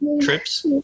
trips